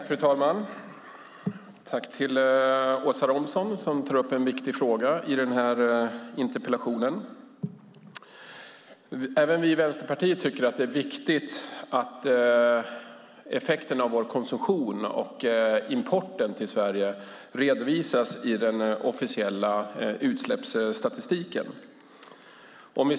Fru talman! Tack, Åsa Romson! Du tar upp en viktig fråga i den här interpellationen. Även vi i Vänsterpartiet tycker att det är viktigt att effekten av vår konsumtion och importen till Sverige redovisas i den officiella utsläppsstatistiken.